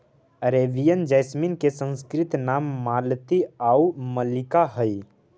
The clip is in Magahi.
अरेबियन जैसमिन के संस्कृत नाम मालती आउ मल्लिका हइ